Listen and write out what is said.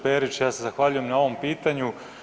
Perić, ja se zahvaljujem na ovom pitanju.